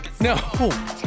No